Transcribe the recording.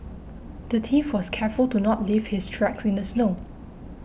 the thief was careful to not leave his tracks in the snow